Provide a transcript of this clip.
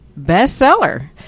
bestseller